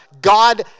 God